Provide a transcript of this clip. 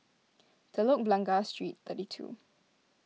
Telok Blangah Street thirty two